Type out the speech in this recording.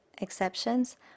exceptions